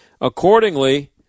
Accordingly